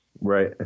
right